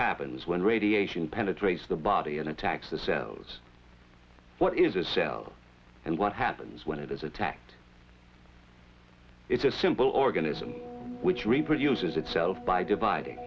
happens when radiation penetrates the body and attacks the cells what is a cell and what happens when it is attacked it's a simple organism which reproduces itself by dividing